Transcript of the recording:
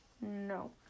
No